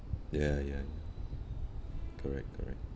ya ya correct correct